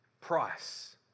price